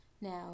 Now